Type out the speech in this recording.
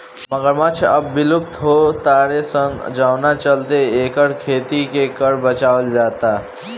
मगरमच्छ अब विलुप्त हो तारे सन जवना चलते एकर खेती के कर बचावल जाता